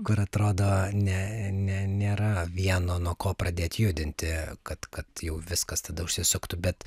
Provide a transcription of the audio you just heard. kur atrodo ne ne nėra vieno nuo ko pradėt judinti kad kad jau viskas tada užsisuktų bet